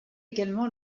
également